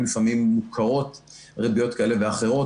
לפעמים מוכרות ריביות כאלה ואחרות.